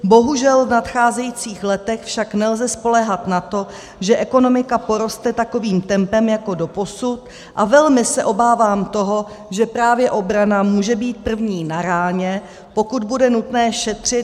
Bohužel v nadcházejících letech však nelze spoléhat na to, že ekonomika poroste takovým tempem jako doposud, a velmi se obávám toho, že právě obrana může být první na ráně, pokud bude nutné šetřit.